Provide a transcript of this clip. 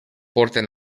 porten